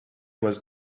was